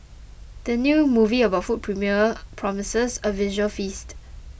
the new movie about food promises a visual feast